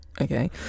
okay